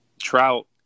Trout